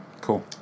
Cool